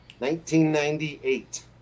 1998